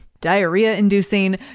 diarrhea-inducing